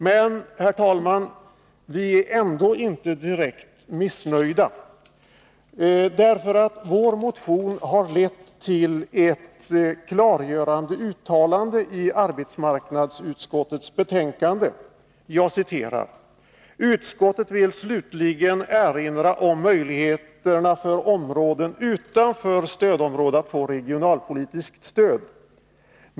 Men, herr talman, vi är ändå inte direkt missnöjda därför att vår motion har lett till ett klargörande uttalande i arbetsmarknadsutskottets betänkande av följande lydelse: ”Utskottet vill slutligen erinra om möjligheterna för områden utanför stödområde att få regionalpolitiskt stöd.